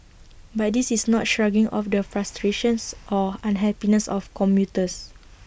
but this is not shrugging off the frustrations or unhappiness of commuters